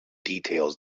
details